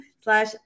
slash